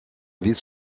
vice